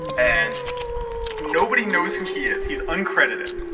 and nobody knows who he is, he's uncredited,